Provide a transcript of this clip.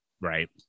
right